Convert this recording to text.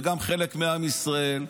וגם חלק מעם ישראל,